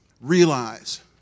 realize